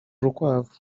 urukwavu